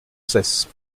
cesse